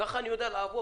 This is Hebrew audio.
כך אני יודע לעבוד.